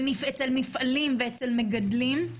אצל מפעלים ואצל מגדלים,